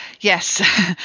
Yes